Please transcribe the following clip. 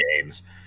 games